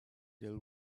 till